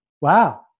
wow